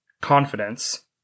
Confidence